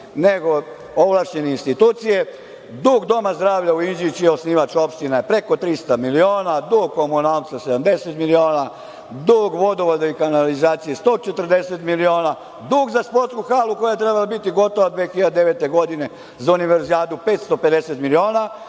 nego ovlašćene institucije. Dug Doma zdravlja u Inđiji, čiji je osnivač opština je preko 300 miliona, a dug komunalca je 70 miliona, dug vodovoda i kanalizacije 140 miliona, dug za sportsku halu koja je trebala biti gotova 2009. godine za univerzijadu, 550